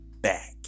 back